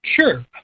sure